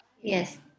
Yes